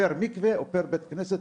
פר מקווה ופר בית כנסת.